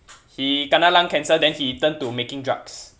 he kena lung cancer then he turn to making drugs